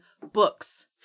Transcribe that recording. Books